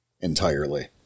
entirely